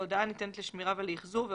ההודעה ניתנת לשמירה ולאחזור.